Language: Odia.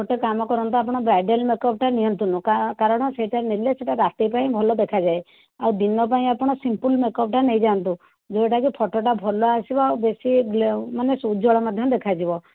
ଗୋଟେ କାମକରନ୍ତୁ ଆପଣ ବ୍ରାଇଡ଼ାଲ୍ ମେକଅପ୍ଟା ନିଅନ୍ତୁନି କାରଣ ସେଇଟା ନେଲେ ସେଇଟା ରାତି ପାଇଁ ଭଲ ଦେଖାଯାଏ ଆଉ ଦିନପାଇଁ ଆପଣ ସିଂପଲ୍ ମେକଅପ୍ଟା ନେଇଯାଆନ୍ତୁ ଯେଉଁଟା କି ଫଟୋଟା ଭଲଆସିବ ଆଉ ବେଶି ଗ୍ଲୋ ମାନେ ଉଜ୍ବଳ ମଧ୍ୟ ଦେଖାଯିବ